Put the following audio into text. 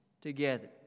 together